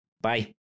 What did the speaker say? Bye